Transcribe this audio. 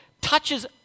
touches